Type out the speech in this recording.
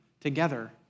together